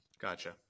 Gotcha